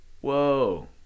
Whoa